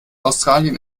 australien